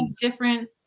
different